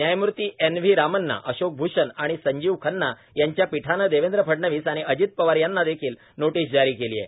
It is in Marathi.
न्यायमूर्ती एन व्ही रामण्णा अशोक भूषण आणि संजीव खन्ना यांच्या पीठानं देवेंद्र फडनवीस आणि अजित पवार यांना देखील नोटिस जारी केली आहे